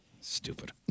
Stupid